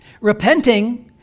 Repenting